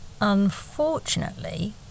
Unfortunately